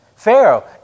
Pharaoh